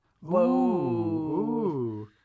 Whoa